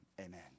amen